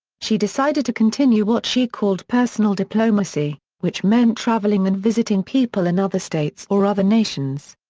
she decided to continue what she called personal diplomacy, which meant traveling and visiting people in other states or other nations.